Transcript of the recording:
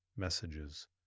messages